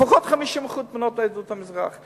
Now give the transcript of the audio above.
לפחות 50% בנות מעדות המזרח.